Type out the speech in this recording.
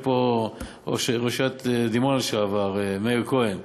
יושב פה ראש עיריית דימונה לשעבר מאיר כהן.